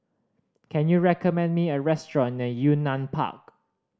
can you recommend me a restaurant near Yunnan Park